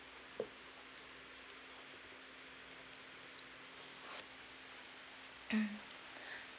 mm